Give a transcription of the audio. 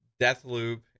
Deathloop